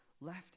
left